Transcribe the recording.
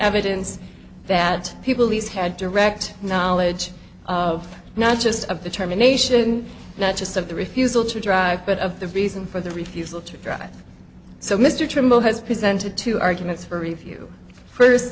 evidence that people these had direct knowledge not just of determination not just of the refusal to drive but of the reason for the refusal to drive so mr trimble has presented two arguments for review first